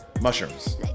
Mushrooms